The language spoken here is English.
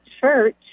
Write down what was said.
church